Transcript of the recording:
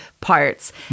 parts